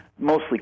mostly